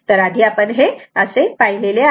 तर आधी आपण हे असे पाहिले आहे